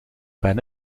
ben